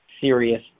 serious